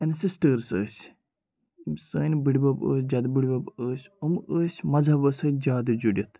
ancestors ٲسۍ یِم سٲنۍ بٔڑِ بَب ٲسۍ جدٕ بٔڑِ بَب ٲسۍ یِم ٲسۍ مذہبس سۭتۍ زیادٕ جُڑِتھ